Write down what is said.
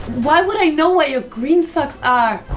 why would i know where your green socks ah